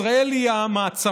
ישראל היא המעצמה,